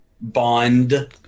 bond